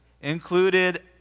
included